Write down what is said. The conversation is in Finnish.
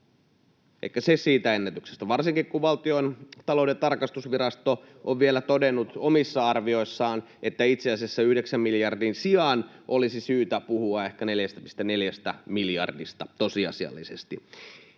se siitä ennätyksestä, varsinkin kun Valtiontalouden tarkastusvirasto on vielä todennut omissa arvioissaan, että itse asiassa 9 miljardin sijaan olisi syytä puhua ehkä 4,4 miljardista tosiasiallisesti.